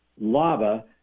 lava